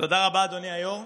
תודה רבה, אדוני היו"ר.